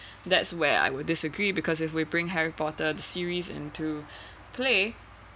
that's where I would disagree because if we bring harry potter series into play